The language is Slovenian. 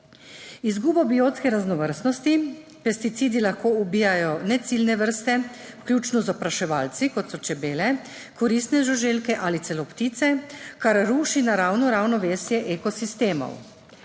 izgubo biotske raznovrstnosti, pesticidi lahko ubijajo neciljne vrste, vključno z opraševalci, kot so čebele, koristne žuželke ali celo ptice, kar ruši naravno ravnovesje ekosistemov,